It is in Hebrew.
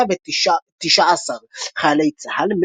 119 חיילי צה"ל,